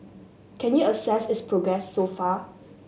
can you assess its progress so far